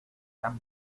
tan